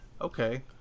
okay